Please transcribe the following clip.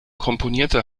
komponierte